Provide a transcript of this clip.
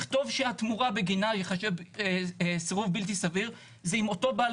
לכתוב שהתמורה בגינה ייחשב סירוב בלתי סביר זה אם אותו בעל